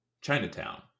Chinatown